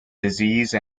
disease